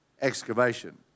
excavation